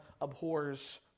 abhors